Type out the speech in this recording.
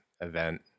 event